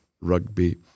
rugby